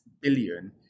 billion